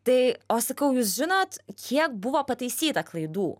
tai o sakau jūs žinot kiek buvo pataisyta klaidų